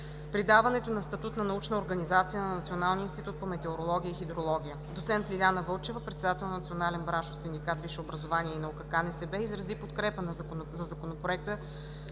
придаването на статут на научна организация на Националния институт по метеорология и хидрология. Доцент Лиляна Вълчева – председател на Национален браншов синдикат „Висше образование и наука“ – КНСБ, изрази подкрепа за Законопроекта